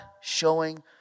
showing